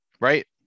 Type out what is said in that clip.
right